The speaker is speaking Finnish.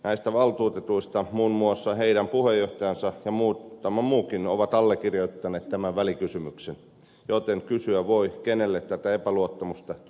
näistä valtuutetuista muun muassa heidän puheenjohtajansa ja muutama muukin ovat allekirjoittaneet tämän välikysymyksen joten kysyä voi kenelle tätä epäluottamusta tulisi esittää